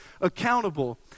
accountable